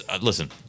Listen